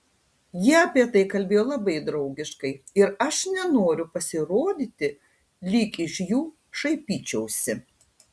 jie apie tai kalbėjo labai draugiškai ir aš nenoriu pasirodyti lyg iš jų šaipyčiausi